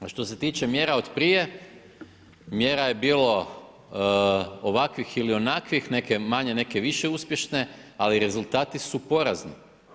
A što se tiče mjera od prije, mjera je bilo ovakvih ili onakvih, neke manje, neke više uspješne, ali rezultati su porazni.